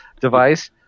device